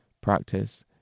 practice